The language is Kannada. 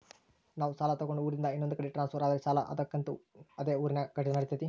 ನಾವು ಸಾಲ ತಗೊಂಡು ಊರಿಂದ ಇನ್ನೊಂದು ಕಡೆ ಟ್ರಾನ್ಸ್ಫರ್ ಆದರೆ ಸಾಲ ಕಂತು ಅದೇ ಊರಿನಾಗ ಕಟ್ಟಿದ್ರ ನಡಿತೈತಿ?